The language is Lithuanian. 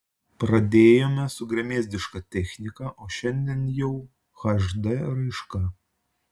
pradėjome su gremėzdiška technika o šiandien jau hd raiška